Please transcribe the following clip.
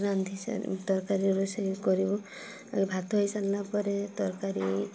ତରକାରୀ ରୋଷେଇ କରିବୁ ଭାତ ହେଇ ସାରିଲା ପରେ ତରକାରୀ